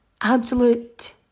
absolute